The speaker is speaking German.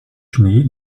schnee